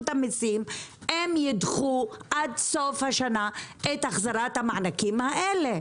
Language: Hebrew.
המיסים אם הם ידחו עד סוף השנה את החזרת המענקים האלה.